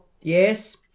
Yes